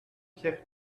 pierre